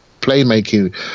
playmaking